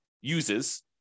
uses